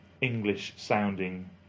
English-sounding